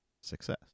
success